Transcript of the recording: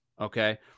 Okay